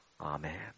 Amen